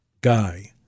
guy